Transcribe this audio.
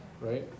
right